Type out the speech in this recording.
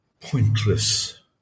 pointless